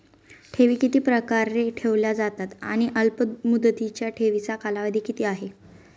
ठेवी किती प्रकारे ठेवल्या जातात आणि अल्पमुदतीच्या ठेवीचा कालावधी किती आहे?